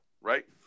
right